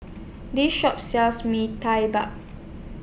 This Shop sells Mee Tai Bark